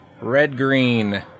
red-green